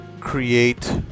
create